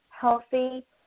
healthy